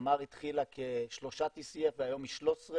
תמר התחילה כשלושה TCF והיום היא 13,